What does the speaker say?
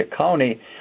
county